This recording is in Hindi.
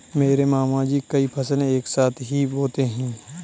मेरे मामा जी कई फसलें एक साथ ही बोते है